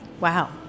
Wow